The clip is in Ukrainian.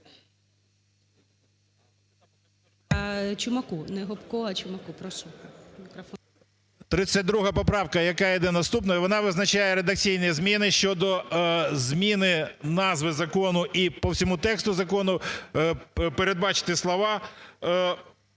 32 поправка, яка іде наступною, вона визначає редакційні зміни щодо зміни назви закону і по всьому тексту закону передбачити слова